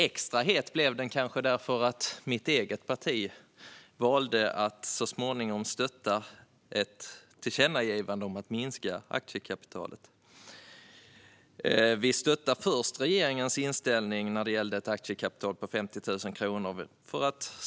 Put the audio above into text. Extra het blev den kanske för att mitt eget parti så småningom valde att stötta ett tillkännagivande om att minska aktiekapitalet. Först stöttade vi regeringens inställning om ett aktiekapital på 50 000 kronor.